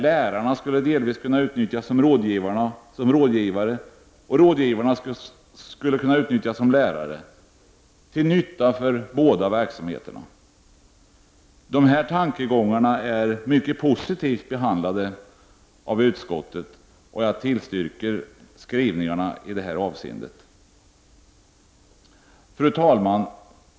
Lärarna skulle delvis kunna utnyttjas som rådgivare och rådgivarna som lärare, till nytta för båda verksamheterna. De här tankegångarna har behandlats mycket positivt av utskottet, och jag yrkar bifall till utskottets hemställan i detta avseende. Fru talman!